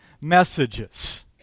messages